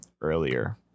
earlier